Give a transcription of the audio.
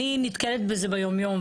אני נתקלת בזה ביום יום,